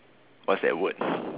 what's that word